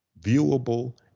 viewable